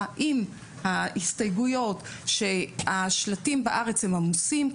עם ההסתייגויות שהשלטים בארץ עמוסים,